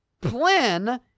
plan